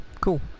cool